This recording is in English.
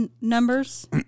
numbers